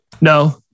No